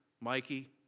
Mikey